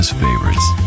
favorites